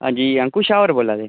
हांजी अंकु शाह् होर बोल्ला दे